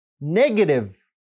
negative